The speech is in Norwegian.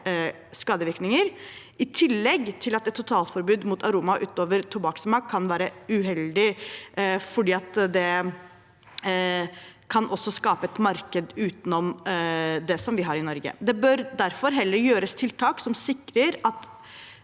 skadevirkninger, i tillegg til at et totalforbud mot aroma utover tobakkssmak kan være uheldig fordi det også kan skape et marked utenom det vi har i Norge. Det bør derfor heller gjøres tiltak som sikrer at